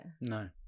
No